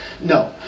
No